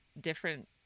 different